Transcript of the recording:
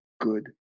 good